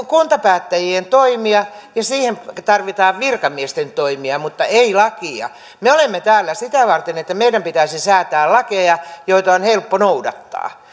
kuntapäättäjien toimia ja siihen tarvitaan virkamiesten toimia mutta ei lakia me olemme täällä sitä varten että meidän pitäisi säätää lakeja joita on helppo noudattaa